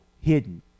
hidden